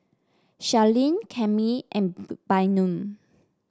Charline Cami and Bynum